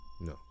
No